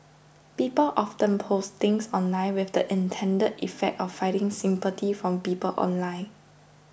people often post things online with the intended effect of finding sympathy from people online